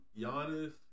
Giannis